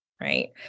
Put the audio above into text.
right